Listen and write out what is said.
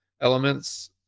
elements